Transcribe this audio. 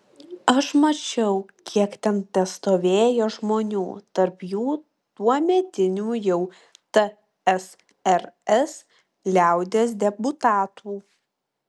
aš mačiau kiek ten testovėjo žmonių tarp jų tuometinių jau tsrs liaudies deputatų